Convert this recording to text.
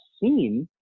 seen